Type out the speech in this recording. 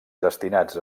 destinats